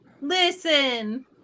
listen